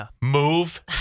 Move